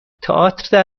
تئاتر